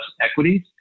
equities